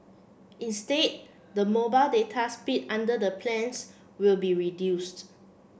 instead the mobile data speed under the plans will be reduced